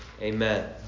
Amen